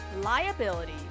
liability